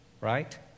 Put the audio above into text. Right